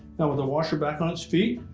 now with the washer back on its feet,